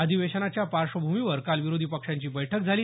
अधिवेशनाच्या पार्श्वभूमीवर काल विरोधी पक्षांची बैठक झाली